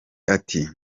ati